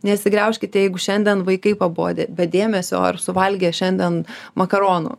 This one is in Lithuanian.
nesigraužkite jeigu šiandien vaikai pabodę be dėmesio ar suvalgę šiandien makaronų